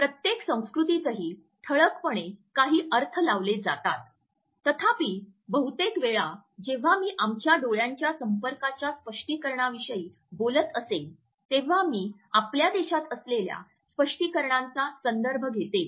प्रत्येक संस्कृतीतही ठळकपणे काही अर्थ लावले जातात तथापि बहुतेक वेळा जेव्हा मी आमच्या डोळ्याच्या संपर्काच्या स्पष्टीकरणांविषयी बोलत असेन तेव्हा मी आपल्या देशात असलेल्या स्पष्टीकरणांचा संदर्भ घेतो